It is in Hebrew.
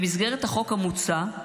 במסגרת החוק המוצע,